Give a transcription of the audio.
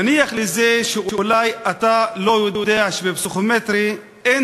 נניח לזה שאולי אתה לא יודע שבפסיכומטרי אין